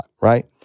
right